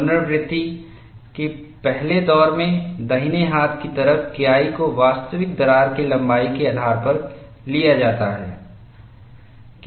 पुनरावृत्ति के पहले दौर में दाहिने हाथ की तरफ KI को वास्तविक दरार की लंबाई के आधार पर लिया जाता है